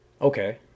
Okay